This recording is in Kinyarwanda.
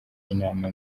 inama